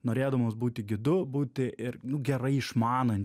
norėdamos būti gidu būti ir gerai išmanančiu